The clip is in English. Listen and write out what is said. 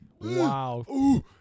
Wow